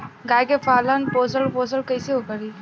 गाय के पालन पोषण पोषण कैसे करी?